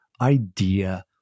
idea